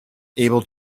able